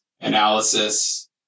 analysis